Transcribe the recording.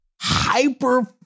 hyper